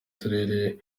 turere